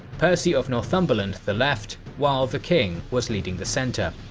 percy of northumberland the left, while the king was leading the center.